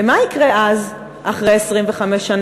ומה יקרה אז, אחרי 25 שנה?